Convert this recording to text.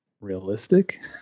realistic